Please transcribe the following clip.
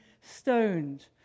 stoned